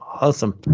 Awesome